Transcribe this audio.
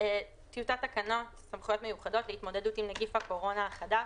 טיוטת תקנות סמכויות מיוחדות להתמודדות עם נגיף הקורונה החדש